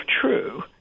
true